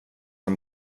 han